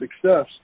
success